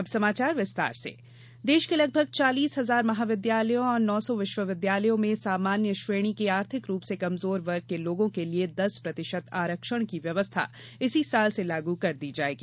अब समाचार विस्तार से सामान्य आरक्षण देश के लगभग चालीस हजार महाविद्यालयों और नौ सौ विश्वविद्यालयों में सामान्य श्रेणी के आर्थिक रूप से कमजोर वर्ग के लोगों के लिए दस प्रतिशत आरक्षण की व्यवस्था इसी वर्ष से लागू कर दी जाएगी